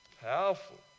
Powerful